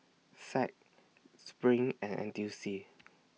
SAC SPRING and N T U C